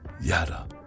Yada